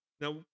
Now